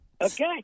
Okay